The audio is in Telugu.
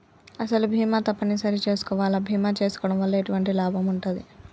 అసలు బీమా తప్పని సరి చేసుకోవాలా? బీమా చేసుకోవడం వల్ల ఎటువంటి లాభం ఉంటది?